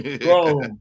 Bro